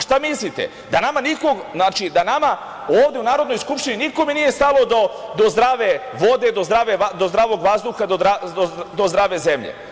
Šta misliti, da nama niko, ovde u Narodnoj skupštini nikome nije stalo do zdrave vode, do zdravog vazduha, do zdrave zemlje.